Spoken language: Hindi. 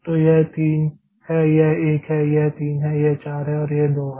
तो यह 3 है यह 1 है यह 3 है यह 4 है और यह 2 है